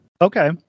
Okay